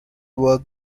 were